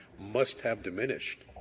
must have diminished.